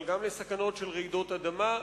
אבל גם לסכנות של רעידות אדמה,